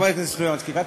חבר הכנסת סלומינסקי כאן.